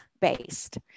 based